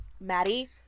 Maddie